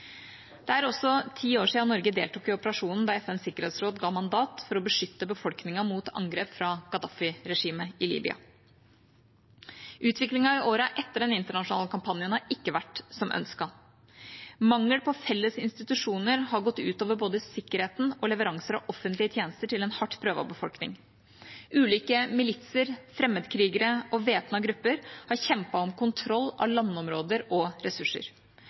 Det er også ti år siden Norge deltok i operasjonen der FNs sikkerhetsråd ga mandat for å beskytte sivilbefolkningen mot angrep fra Gaddafi-regimet i Libya. Utviklingen i årene etter den internasjonale kampanjen har ikke vært som ønsket. Mangelen på felles institusjoner har gått ut over både sikkerheten og leveranser av offentlige tjenester til en hardt prøvet befolkning. Ulike militser, fremmedkrigere og væpnede grupper har kjempet om kontroll av landområder og ressurser.